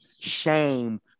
shame